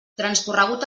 transcorregut